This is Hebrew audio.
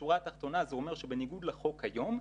בשורה התחתונה זה אומר שבניגוד לחוק היום,